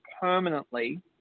permanently